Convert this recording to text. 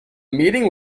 meeting